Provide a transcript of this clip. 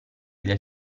del